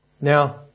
Now